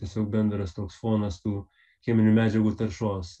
tiesiog bendras toks fonas tų cheminių medžiagų taršos